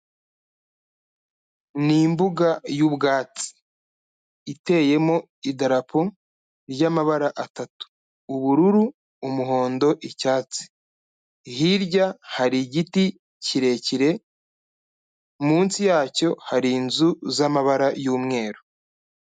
Ni imbuga y'ubwatsi, iteyemo idarapo ry'amabara atatu, ubururu, umuhondo, icyatsi. Hirya hari igiti kirekire, munsi yacyo hari inzu z'amabara y'umweru.